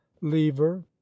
lever